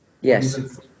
yes